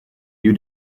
you